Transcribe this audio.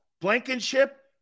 Blankenship